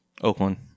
Oakland